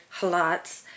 halats